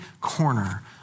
corner